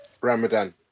Ramadan